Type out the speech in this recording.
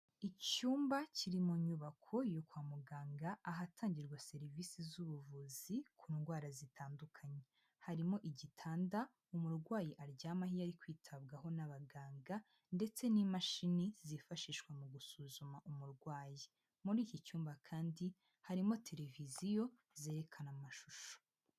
Icyumba kiri mu nyubako yo kwa muganga ahatangirwa serivisi z'ubuvuzi ku ndwara zitandukanye, harimo igitanda umurwayi aryamaho iyo ari kwitabwaho n'abaganga ndetse n'imashini zifashishwa mu gusuzuma umurwayi, muri iki cyumba kandi harimo televiziyo zerekana amashusho.